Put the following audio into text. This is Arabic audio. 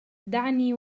دعني